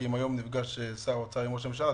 כי אם שר האוצר נפגש היום עם ראש הממשלה,